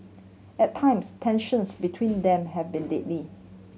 at times tensions between them have been deadly